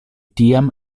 tiam